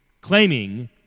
Claiming